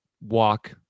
walk